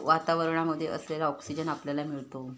वातावरणामध्ये असलेला ऑक्सिजन आपल्याला मिळतो